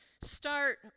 start